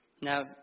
Now